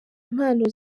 impano